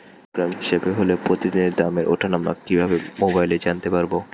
Kilogram হিসাবে হলে প্রতিদিনের দামের ওঠানামা কিভাবে মোবাইলে জানতে পারবো?